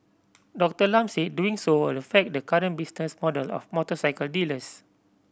Doctor Lam said doing so will affect the current business model of motorcycle dealers